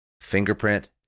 fingerprint